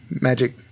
magic